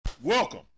Welcome